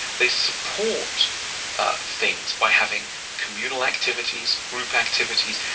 they support ah things by having communal activities, group activities,